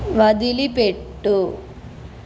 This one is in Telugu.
వదిలిపెట్టు